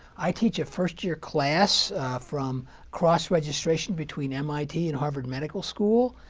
i teach a first-year class from cross-registration between mit and harvard medical school,